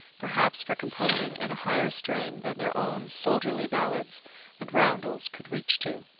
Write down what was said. perhaps for composing in a higher strain than their own soldierly ballads and roundels could reach to.